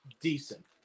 decent